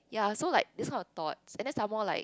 ya so like it's not a though and then some more like